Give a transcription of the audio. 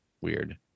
Weird